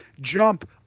jump